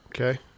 Okay